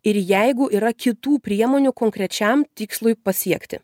ir jeigu yra kitų priemonių konkrečiam tikslui pasiekti